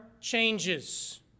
changes